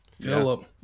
Philip